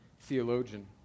theologian